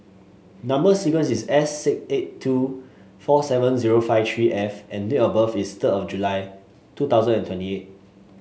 number sequence is S eight two four seven zero five three F and date of birth is third of July two thousand and twenty eight